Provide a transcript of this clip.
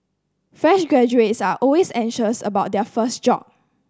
fresh graduates are always anxious about their first job